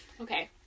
Okay